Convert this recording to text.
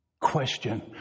Question